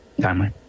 timely